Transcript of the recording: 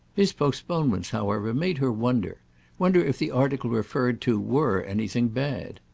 his postponements, however, made her wonder wonder if the article referred to were anything bad.